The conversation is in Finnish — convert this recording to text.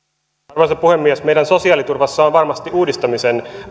arvoisa puhemies meidän sosiaaliturvassamme on varmasti uudistamisen